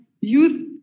youth